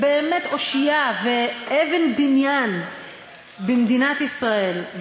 באמת אושיה ואבן בניין במדינת ישראל,